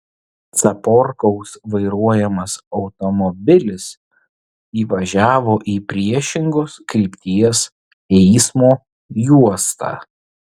caporkaus vairuojamas automobilis įvažiavo į priešingos krypties eismo juostą